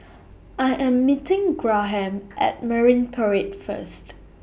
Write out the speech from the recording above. I Am meeting Graham At Marine Parade First